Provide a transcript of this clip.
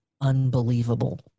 unbelievable